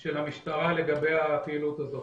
של המשטרה לגבי הפעילות הזאת.